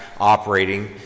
operating